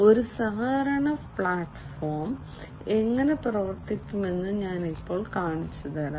ഈ സഹകരണ പ്ലാറ്റ്ഫോം എങ്ങനെ പ്രവർത്തിക്കുമെന്ന് ഞാൻ ഇപ്പോൾ കാണിച്ചുതരാം